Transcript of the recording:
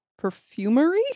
perfumery